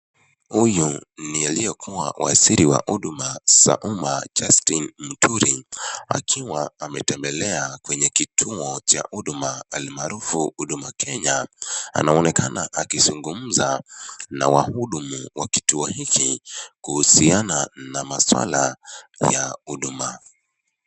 Huyu ni aliyekuwa waziri wahuduna zamaa, Justin Muturi akiwa ametembele kwenye kituo cha hudumu almarufu Huduma Kenya. Anaonekana akizungumza na wahudumu wa kituo hiki kuhusiana na maswala ya huduma.